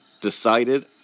decided